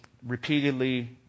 repeatedly